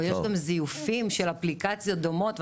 או זיופים של אפליקציות דומות,